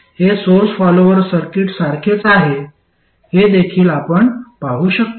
हे source follower circuit सारखेच आहे हे देखील आपण पाहू शकतो